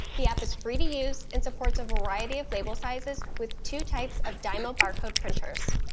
the app is free to use and supports a variety of label sizes with two types of dymo barcode printers.